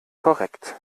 korrekt